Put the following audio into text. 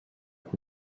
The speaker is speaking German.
und